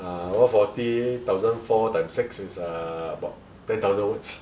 uh one forty thousand four times six uh is about ten thousand words